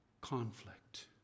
conflict